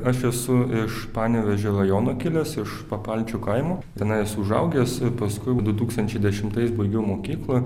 aš esu iš panevėžio rajono kilęs iš papalčių kaimo tenai esu užaugęs ir paskui du tūkstančiai dešimtais baigiau mokyklą